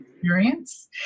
Experience